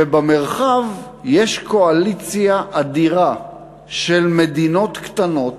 ובמרחב יש קואליציה אדירה של מדינות קטנות